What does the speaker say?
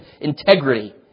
integrity